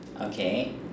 Okay